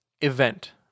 event